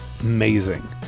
Amazing